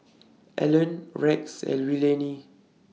Allan Rex and Willene